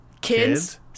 kids